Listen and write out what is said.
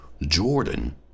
Jordan